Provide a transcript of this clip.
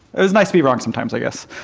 it was nice to be wrong sometimes, i guess.